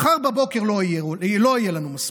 מחר בבוקר לא יהיה לנו מספיק,